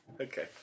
okay